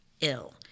ill